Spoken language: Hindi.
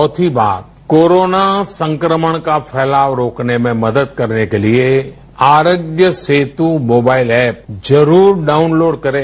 चौथी बात कोरोना संक्रमण का फैलाव रोकने में मदद करने के लिए आरोग्य सेतु मोबाइल एप जरूर डाउनलोड करें